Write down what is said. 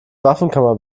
waffenkammer